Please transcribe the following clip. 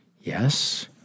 Yes